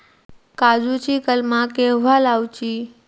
काजुची कलमा केव्हा लावची?